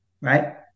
right